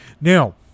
Now